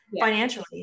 financially